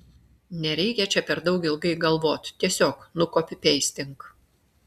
nereikia čia per daug ilgai galvot tiesiog nukopipeistink